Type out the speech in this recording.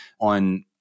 on